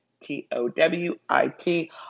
T-O-W-I-T